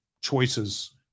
choices